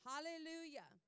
Hallelujah